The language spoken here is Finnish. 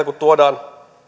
kun tuodaan